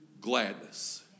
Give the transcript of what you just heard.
gladness